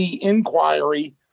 inquiry